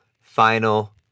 final